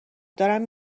دارم